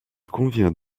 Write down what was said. convient